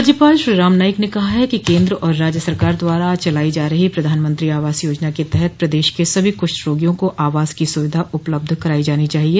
राज्यपाल श्री राम नाईक ने कहा है कि केन्द्र और राज्य सरकार द्वारा चलाई जा रही प्रधानमंत्री आवास योजना के तहत प्रदेश के सभी कृष्ठ रोगियों को आवास की सुविधा उपलब्ध कराई जानी चाहिए